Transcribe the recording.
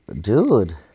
Dude